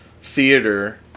theater